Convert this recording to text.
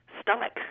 stomach